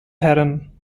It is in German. herren